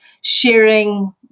sharing